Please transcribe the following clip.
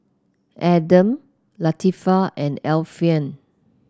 Adam Latifa and Alfian